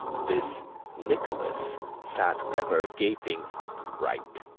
this nicholas sat ever gaping upright,